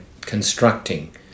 constructing